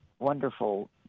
Wonderful